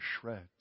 shreds